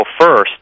first